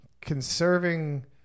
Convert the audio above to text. conserving